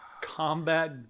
Combat